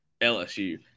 LSU